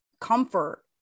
comfort